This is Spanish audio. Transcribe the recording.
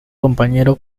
compañero